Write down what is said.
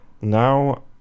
now